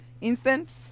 instant